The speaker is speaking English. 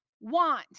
want